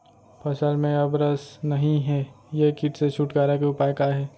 फसल में अब रस नही हे ये किट से छुटकारा के उपाय का हे?